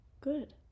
good